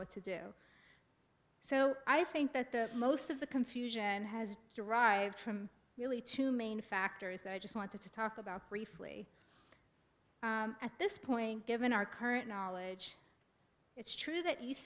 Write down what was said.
what to do so i think that the most of the confusion has derived from really two main factors that i just want to talk about briefly at this point given our current knowledge it's true that